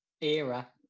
era